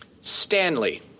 Stanley